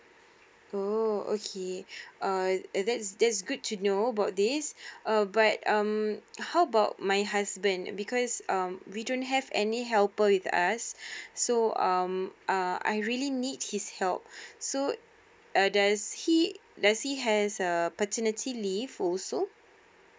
oh okay uh and that's that's good to know about this err but um how about my husband because um we don't have any helper with us so um uh I really need his help so uh does he does he has uh paternity leave also